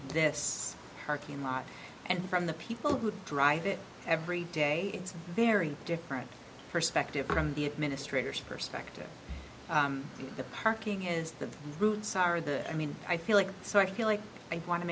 this parking lot and from the people who drive it every day it's a very different perspective from the administrators perspective the parking is the route sorry the i mean i feel like so i feel like i want to